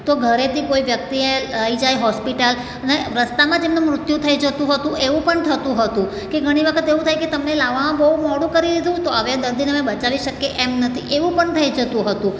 તો ઘરેથી કોઈ વ્યક્તિએ આવી જાય હોસ્પિટલ અને રસ્તામાં જ એમનું મૃત્યુ થઈ જતું હતું એવું પણ થતું હતું કે ઘણી વખત એવું થાય કે તમને લાવવામાં બહુ મોડું કરી દીધું તો હવે દર્દીને તમે બચાવી શકીએ એમ નથી એવું પણ થઈ જતું હતું